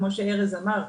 כמו שארז אמר,